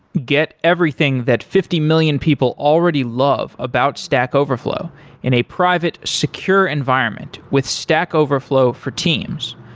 get everything that fifty million people already love about stack overflow in a private security environment with stack overflow for teams.